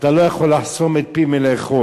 אתה לא יכול לחסום את פיו מלאכול.